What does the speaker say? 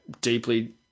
deeply